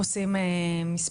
איך עושים מספר.